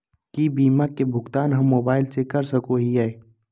की बीमा के भुगतान हम मोबाइल से कर सको हियै?